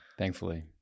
thankfully